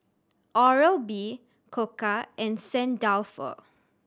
Oral B Koka and Saint Dalfour